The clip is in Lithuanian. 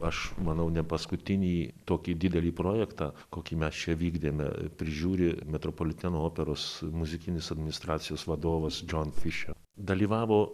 aš manau ne paskutinįjį tokį didelį projektą kokį mes čia vykdėme prižiūri metropoliteno operos muzikinis administracijos vadovas džon fišer dalyvavo